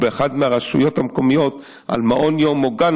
באחת מהרשויות המקומיות על מעון יום או גן,